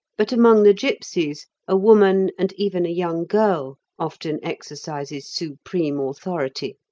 but among the gipsies a woman, and even a young girl, often exercises supreme authority,